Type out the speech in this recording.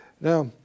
Now